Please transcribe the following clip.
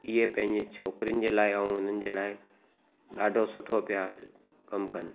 ईअं पंहिंजे छोकिरीनि जे लाइ ऐं हुननि जे लाइ ॾाढो सुठो पिया कमु कनि